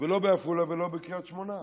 ולא בעפולה ולא בקריית שמונה,